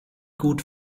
gut